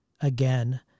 again